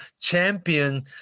champion